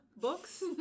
books